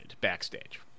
Backstage